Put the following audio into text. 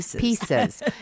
Pieces